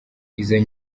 iyo